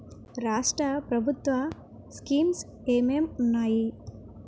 రాష్ట్రం ప్రభుత్వ స్కీమ్స్ ఎం ఎం ఉన్నాయి?